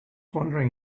wondering